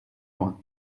loin